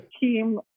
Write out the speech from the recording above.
team